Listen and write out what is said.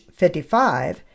55